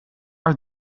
are